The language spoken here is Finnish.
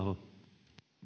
on